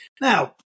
Now